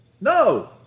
No